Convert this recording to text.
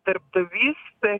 darbdavys e